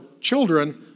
children